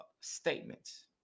statements